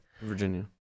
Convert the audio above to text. Virginia